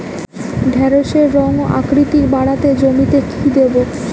ঢেঁড়সের রং ও আকৃতিতে বাড়াতে জমিতে কি দেবো?